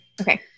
Okay